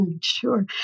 Sure